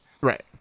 Right